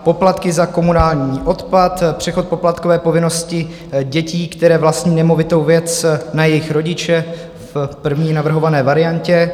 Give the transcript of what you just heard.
Poplatky za komunální odpad, přechod poplatkové povinnosti dětí, které vlastní nemovitou věc, na jejich rodiče, v první navrhované variantě.